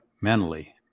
mentally